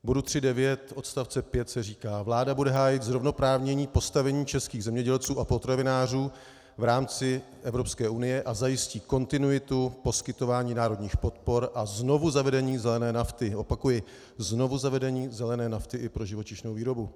V bodu 3.9 odst. 5 se říká: Vláda bude hájit zrovnoprávnění postavení českých zemědělců a potravinářů v rámci Evropské unie a zajistí kontinuitu poskytování národních podpor a znovuzavedení zelené nafty opakuji, znovuzavedení zelené nafty i pro živočišnou výrobu.